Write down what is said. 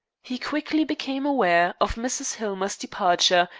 he quickly became aware of mrs. hillmer's departure,